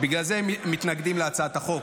ובגלל זה הם מתנגדים להצעת החוק.